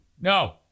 No